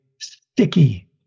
sticky